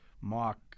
mock